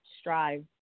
strive